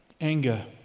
anger